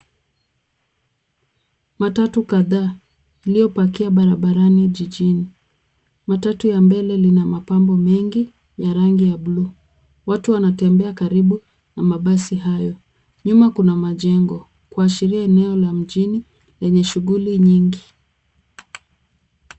Matatu kadhaa iliyopakia barabarani jijini. Matatu ya mbele lina mapambo mengi ya rangi ya buluu. Watu wanatembea karibu na mabasi hayo. Nyuma kuna majengo ,kuashiria eneo la mjini lenye shughuli nyingi